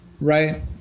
right